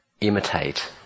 imitate